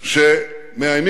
שמאיימים עלינו.